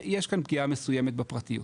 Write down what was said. יש כאן פגיעה מסוימת בפרטיות,